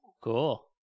Cool